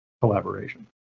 collaboration